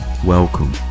welcome